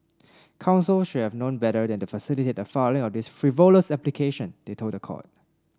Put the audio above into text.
counsel should have known better than to facilitate the filing of this frivolous application they told the court